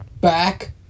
Back